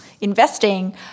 investing